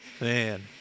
Man